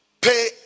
pay